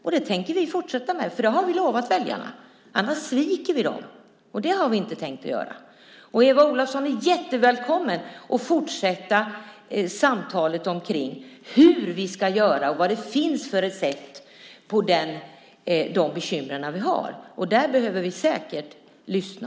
Och det tänker vi fortsätta med, för det har vi lovat väljarna. Annars sviker vi dem, och det har vi inte tänkt göra. Eva Olofsson är jättevälkommen att fortsätta samtalet om hur vi ska göra och vad det finns för recept för att lösa de bekymmer vi har. Där behöver vi säkert lyssna.